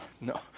no